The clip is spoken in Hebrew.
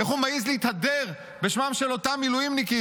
איך הוא מעז להתהדר בשמם של אותם מילואימניקים,